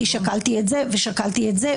כי שקלתי את זה ושקלתי את זה,